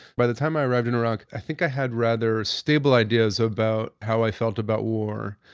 by the time i arrived in iraq, i think i had rather stable ideas about how i felt about war.